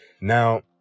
Now